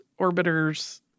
orbiters